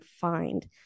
find